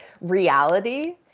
reality